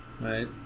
Right